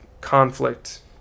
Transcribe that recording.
conflict